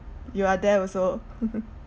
you are there also